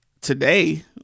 today